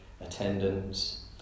attendance